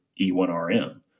E1RM